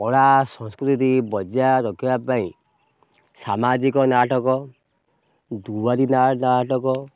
କଳା ସଂସ୍କୃତି ବଜାୟ ରଖିବା ପାଇଁ ସାମାଜିକ ନାଟକ ଦୁଆାରୀ ନାଟକ